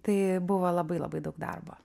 tai buvo labai labai daug darbo